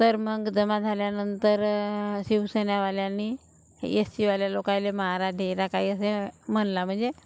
तर मग जमा झाल्यानंतर शिवसेनावाल्यांनी एस सीवाल्या लोकाईले मारा डेरा काही असे म्हणला म्हणजे